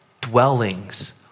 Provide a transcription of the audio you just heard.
dwellings